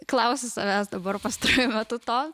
klausiu savęs dabar pastaruoju metu to